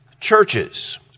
churches